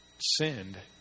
sinned